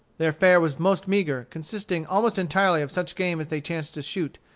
their fare was most meagre, consisting almost entirely of such game as they chanced to shoot,